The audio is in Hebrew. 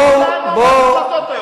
בואו, בואו.